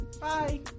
Bye